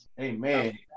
Amen